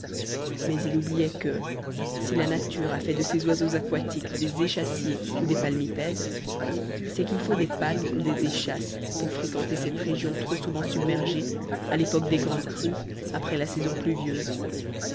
mais il oubliait que si la nature a fait de ces oiseaux aquatiques des êchassiers ou des palmipèdes c'est qu'il faut des palmes ou des échasses pour fréquenter cette région trop souvent submergée à l'époque des grandes crues après la saison pluvieuse